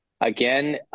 again